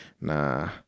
nah